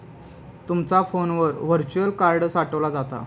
तुमचा फोनवर virtual card साठवला जाता